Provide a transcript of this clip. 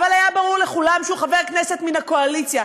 אבל היה ברור לכולם שהוא חבר כנסת מן הקואליציה,